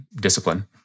discipline